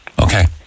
okay